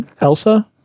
Elsa